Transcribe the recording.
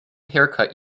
haircut